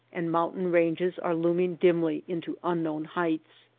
and mountain-ranges are looming dimly into unknown heights.